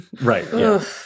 Right